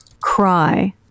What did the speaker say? cry